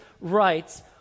rights